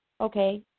Okay